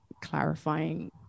clarifying